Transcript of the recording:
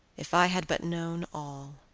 if i had but known all!